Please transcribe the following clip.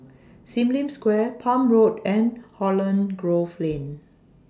SIM Lim Square Palm Road and Holland Grove Lane